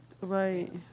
Right